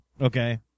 Okay